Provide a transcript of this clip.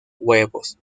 huevos